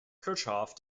kirchhoff